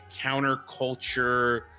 counterculture